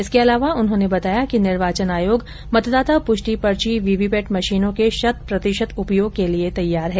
इसके अलावा उन्होंने बताया कि निर्वाचन आयोग मतदाता पुष्टि पर्ची वीवीपैट मशीनों के शत प्रतिशत उपयोग के लिए तैयार है